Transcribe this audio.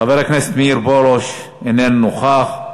חבר הכנסת מאיר פרוש, איננו נוכח.